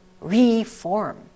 Reform